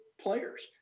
players